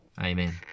Amen